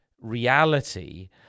reality